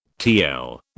TL